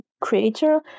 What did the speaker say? creator